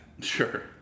Sure